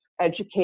educate